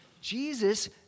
Jesus